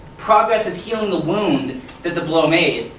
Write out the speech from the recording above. progress is healing the wound that the blow made.